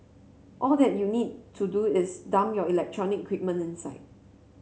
all that you need to do is dump your electronic equipment inside